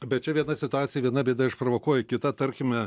bet čia viena situacija viena bėda išprovokuoja kitą tarkime